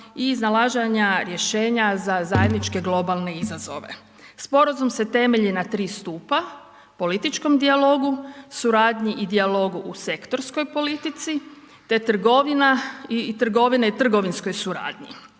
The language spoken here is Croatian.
i iznalaženja rješenja za zajedničke globalne izazove. Sporazum se temelji na tri stupa, političkom dijalogu, suradnju i dijalogu u sektorskoj politici te trgovine i trgovinskoj suradnji.